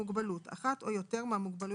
התשנ״ח-1998; ״מוגבלות״ - אחת או יותר מהמוגבלויות